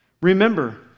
Remember